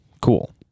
cool